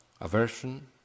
Aversion